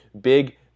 big